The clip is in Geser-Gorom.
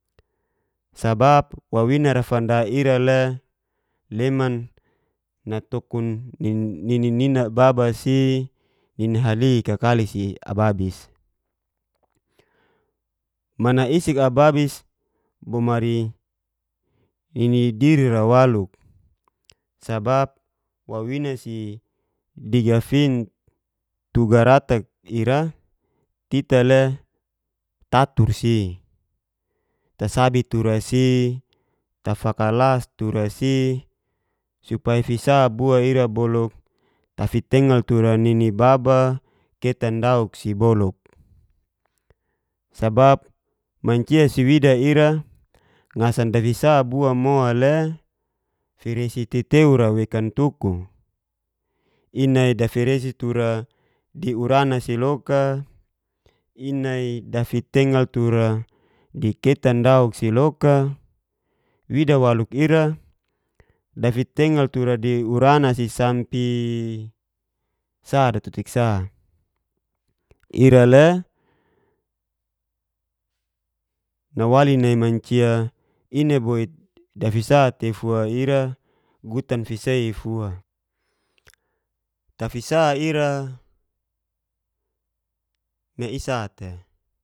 Sabap wawinar'a fanda ira le leman natokun nini nina baba si, nini hali kakali si ababis. Mana isik ababis bobari nini dirira waluk sabap wawinasi digafin tu garatak ira kita yang tatur si, ta sabi tura si, tafakalas tura si, supai fisa bua ira boluk tfitengal tura nini baba ketan dauk si boluk sabap mancia si wida ira ngasan dafisa bua mole firesi teteura wekan tuku inai dafiresi tura di urana si loka, inai dafitengal tura di ketan dauk siloka, wida waluk ira dafitengal tura di urana si sampiii sa datotik sa. Ira le nawali nai mancia inai boit dafisa teifu ira gutan fisa'i fua, tafisa ira me isate.